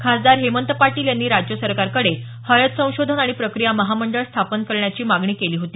खासदार हेमंत पाटील यांनी राज्य सरकारकडे हळद संशोधन आणि प्रक्रिया महामंडळ स्थापन करण्याची मागणी केली होती